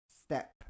step